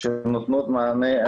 שנותנים מענה.